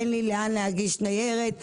אין לי לאן להגיש ניירת.